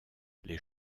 les